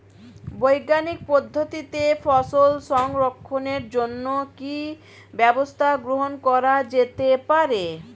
বৈজ্ঞানিক পদ্ধতিতে ফসল সংরক্ষণের জন্য কি ব্যবস্থা গ্রহণ করা যেতে পারে?